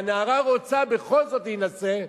והנערה רוצה בכל זאת להינשא,